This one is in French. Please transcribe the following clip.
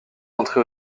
entrer